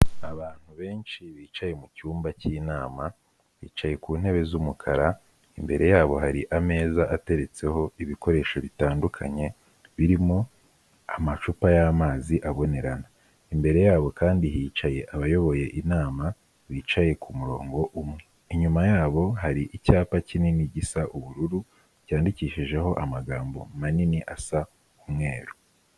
Abantu benshi bicaye mucyumba cy'inama, bicaye ku ntebe z'umukara, imbere yabo hari ameza ateretseho ibikoresho bitandukanye birimo amacupa y'amazi abonerana, imbere yabo kandi hicaye abayoboye inama bicaye kumurongo umwe, inyuma yabo hari icyapa kinini gisa ubururu cyandikishijeho amagambo manini asa umweru.